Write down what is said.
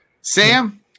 Sam